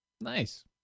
Nice